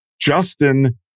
Justin